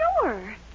Sure